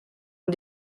ont